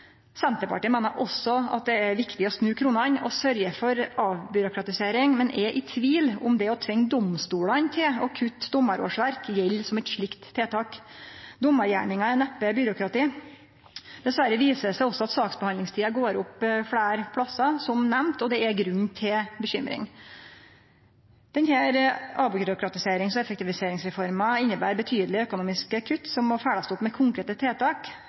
Senterpartiet meiner også at det er viktig å snu på kronene og sørgje for avbyråkratisering, men er i tvil om det å tvinge domstolane til å kutte dommarårsverk gjeld som eit slikt tiltak. Dommargjerninga er neppe byråkrati. Dessverre viser det seg også at saksbehandlingstida går opp fleire plassar, som nemnt, og det er grunn til bekymring. Denne avbyråkratiserings- og effektiviseringsreforma inneber betydelege økonomiske kutt, som må følgjast opp med konkrete tiltak